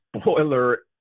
spoiler